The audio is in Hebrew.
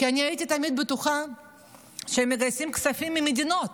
כי אני הייתי תמיד בטוחה שהם מגייסים כספים ממדינות.